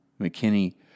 McKinney